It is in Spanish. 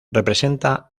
representa